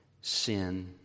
sin